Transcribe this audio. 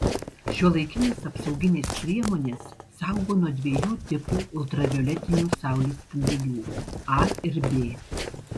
šiuolaikinės apsauginės priemonės saugo nuo dviejų tipų ultravioletinių saulės spindulių a ir b